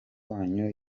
wanyu